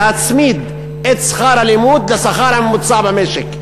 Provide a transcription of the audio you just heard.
להצמיד את שכר הלימוד לשכר הממוצע במשק.